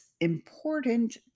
important